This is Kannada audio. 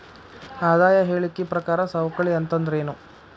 ಆದಾಯ ಹೇಳಿಕಿ ಪ್ರಕಾರ ಸವಕಳಿ ಅಂತಂದ್ರೇನು?